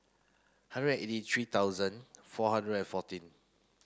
hundred eighty three thousand four hundred and fourteen